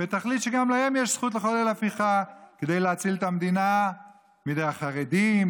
ותחליט שגם להם יש זכות לחולל הפיכה כדי להציל את המדינה מידי החרדים